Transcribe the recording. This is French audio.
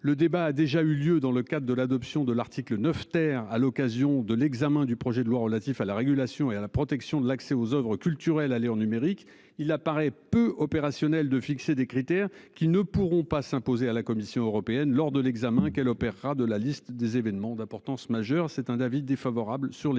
le débat a déjà eu lieu dans le cadre de l'adoption de l'article 9 terre à l'occasion de l'examen du projet de loi relatif à la régulation et à la protection de l'accès aux Oeuvres culturelles à l'ère numérique. Il apparaît peu opérationnel de fixer des critères qui ne pourront pas s'imposer à la Commission européenne lors de l'examen qu'elle opérera de la liste des événements d'importance majeure c'est un David défavorable sur les